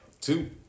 Two